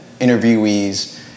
interviewees